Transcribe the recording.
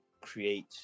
create